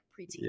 preteen